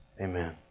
amen